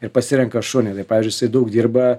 ir pasirenka šunį tai pavyzdžiui jisai daug dirba